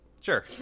Sure